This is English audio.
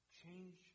change